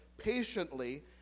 patiently